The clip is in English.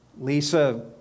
Lisa